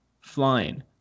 flying